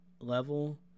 level